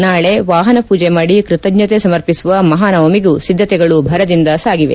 ನಾಳೆ ವಾಹನ ಪೂಜೆ ಮಾಡಿ ಕೃತಜ್ಞತೆ ಸಮರ್ಪಿಸುವ ಮಹಾನವಮಿಗೂ ಸಿದ್ದತೆಗಳು ಭರದಿಂದ ಸಾಗಿವೆ